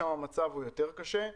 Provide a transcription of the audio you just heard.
שם המצב הוא יותר קשה.